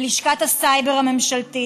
ללשכת הסייבר הממשלתית,